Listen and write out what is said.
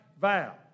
vow